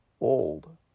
old